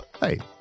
Hey